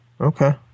Okay